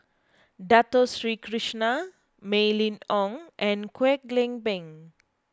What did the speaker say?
Dato Sri Krishna Mylene Ong and Kwek Leng Beng